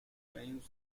claims